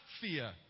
fear